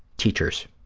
teachers.